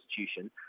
institution